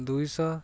ଦୁଇ ଶହ